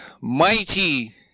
mighty